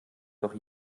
doch